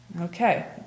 Okay